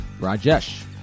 Rajesh